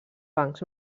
bancs